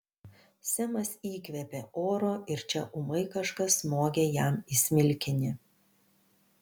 semas įkvėpė oro ir čia ūmai kažkas smogė jam į smilkinį